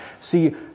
See